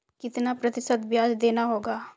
कितना प्रतिशत ब्याज देना होगा?